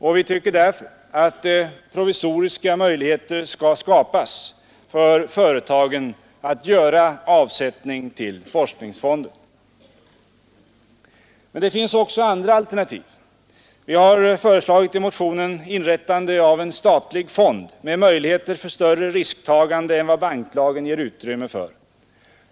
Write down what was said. Men vi tycker att man redan nu skulle kunna ordna provisoriska möjligheter för företagen att göra avsättning till forskningsfonder. Men det finns också andra alternativ. Vi har föreslagit i motionen inrättande av en statlig fond med möjligheter till större risktagande än vad banklagen ger utrymme för.